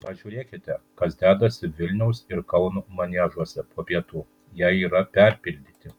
pažiūrėkite kas dedasi vilniaus ir kauno maniežuose po pietų jie yra perpildyti